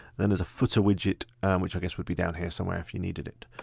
then there's a footer widget which i guess would be down here somewhere if you needed it.